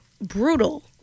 brutal